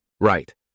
Right